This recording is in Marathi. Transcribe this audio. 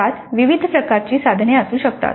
त्यात विविध प्रकारची साधने असू शकतात